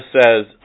says